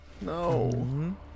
No